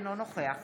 אינו נוכח